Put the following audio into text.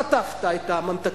חטפת את הממתקים,